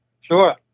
Sure